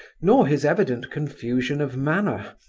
nor his evident confusion of manner,